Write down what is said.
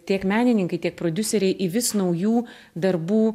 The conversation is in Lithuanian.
tiek menininkai tiek prodiuseriai į vis naujų darbų